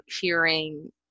hearing